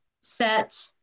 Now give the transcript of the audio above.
set